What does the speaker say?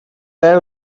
that